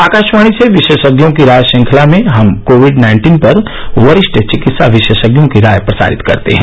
आकाशवाणी से विशेषज्ञों की राय श्रृंखला में हम कोविड नाइन्टीन पर वरिष्ठ चिकित्सा विशेषज्ञों की राय प्रसारित करते हैं